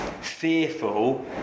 fearful